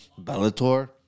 Bellator